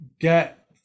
get